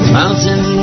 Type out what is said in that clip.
mountain